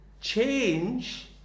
change